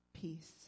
peace